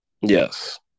Yes